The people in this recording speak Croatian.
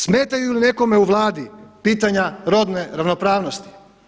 Smetaju li nekome u Vladi pitanja rodne ravnopravnosti?